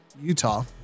Utah